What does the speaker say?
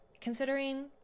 considering